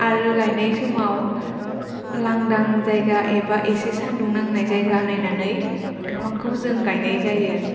आरो गायनाय समाव लांदां जायगा एबा एसे सान्दुं नांनाय जायगा नायनानै बिफांखौ जों गायनाय जायो